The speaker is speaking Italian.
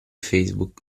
facebook